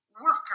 worker